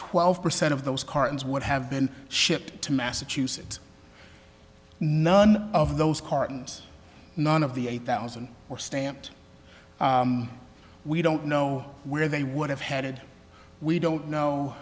twelve percent of those cartons would have been shipped to massachusetts none of those cartons none of the eight thousand or stamped we don't know where they would have headed we don't know